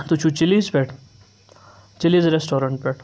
تُہۍ چھُو چِلیٖز پٮ۪ٹھ چِلیٖز رٮ۪سٹورنٛٹ پٮ۪ٹھ